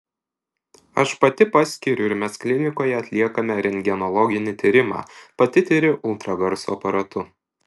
aš pati paskiriu ir mes klinikoje atliekame rentgenologinį tyrimą pati tiriu ultragarso aparatu